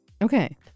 Okay